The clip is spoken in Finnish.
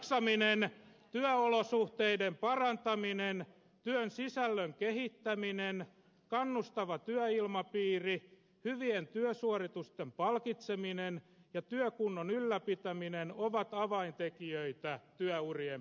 työssä jaksaminen työolosuhteiden parantaminen työn sisällön kehittäminen kannustava työilmapiiri hyvien työsuoritusten palkitseminen ja työkunnon ylläpitäminen ovat avaintekijöitä työurien pidentämiseen